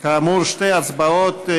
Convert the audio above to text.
כאמור, שתי הצבעות,